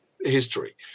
history